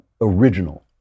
original